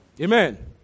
Amen